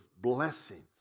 blessings